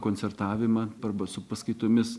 koncertavimą arba su paskaitomis